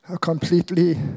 completely